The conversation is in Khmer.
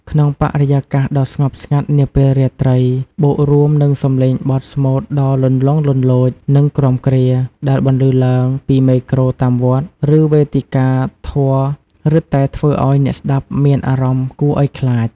ក្នុងបរិយាកាសដ៏ស្ងប់ស្ងាត់នាពេលរាត្រី បូករួមនឹងសំឡេងបទស្មូតដ៏លន្លង់លន្លោច និងគ្រាំគ្រា ដែលបន្លឺឡើងពីមេក្រូ តាមវត្ត ឬវេទិកាធម៌រឹតតែធ្វើឲ្យអ្នកស្តាប់មានអារម្មណ៍គួរអោយខ្លាច។